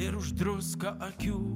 ir už druską akių